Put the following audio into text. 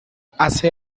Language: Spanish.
hace